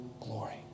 glory